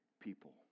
people